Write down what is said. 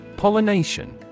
Pollination